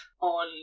on